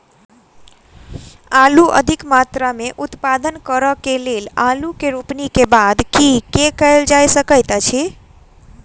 आलु अधिक मात्रा मे उत्पादन करऽ केँ लेल आलु केँ रोपनी केँ बाद की केँ कैल जाय सकैत अछि?